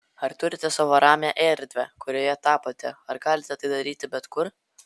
ar turite savo ramią erdvę kurioje tapote ar galite tai daryti bet kur